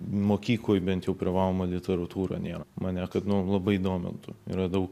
mokykloj bent jau privaloma literatūra nėra mane kad nu labai domintų yra dau